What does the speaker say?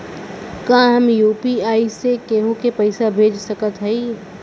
का हम यू.पी.आई से केहू के पैसा भेज सकत हई?